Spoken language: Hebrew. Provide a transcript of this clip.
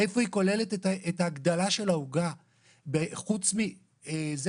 איפה היא כוללת את ההגדלה של העוגה חוץ מזה